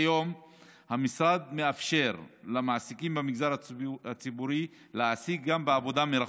כיום המשרד מאפשר למעסיקים במגזר הציבורי להעסיק גם בעבודה מרחוק,